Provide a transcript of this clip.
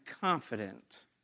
confident